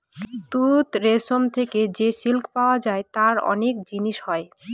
তুত রেশম থেকে যে সিল্ক পাওয়া যায় তার অনেক জিনিস হয়